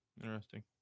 Interesting